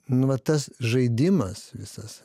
nu va tas žaidimas visas